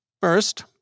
First